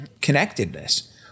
connectedness